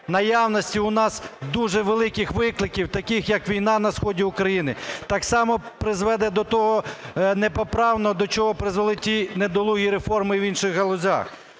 наявності у нас дуже великих викликів таких як війна на сході України так само призведе до того непоправного, до чого призвели ті недолугі реформи в інших галузях.